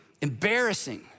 embarrassing